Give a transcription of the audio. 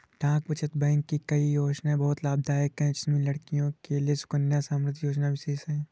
डाक बचत बैंक की कई योजनायें बहुत लाभदायक है जिसमें लड़कियों के लिए सुकन्या समृद्धि योजना विशेष है